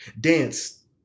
dance